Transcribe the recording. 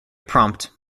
prompt